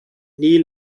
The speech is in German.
nie